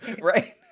right